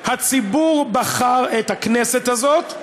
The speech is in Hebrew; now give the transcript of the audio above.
הציבור בחר את הכנסת הזאת,